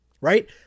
right